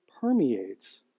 permeates